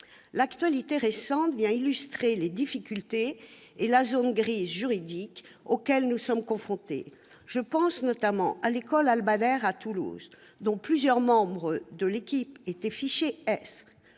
L'actualité récente vient illustrer les difficultés et la zone grise juridique auxquelles nous sommes confrontés. Je pense notamment à l'école Al-Badr, à Toulouse, dont plusieurs membres de l'équipe étaient fichés S.